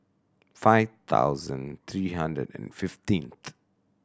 five thousand three hundred and fifteenth